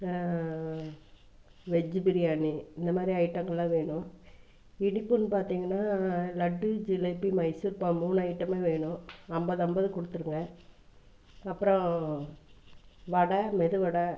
veggie biryani இந்த மாதிரி ஐட்டங்கலாம் வேணும் இனிப்புன்னு பார்த்திங்கன்னா லட்டு ஜிலேபி மைசூர்பாகு மூணு ஐட்டமும் வேணும் ஐம்பது ஐம்பது கொடுத்துருங்க அப்புறம் வடை மெதுவடை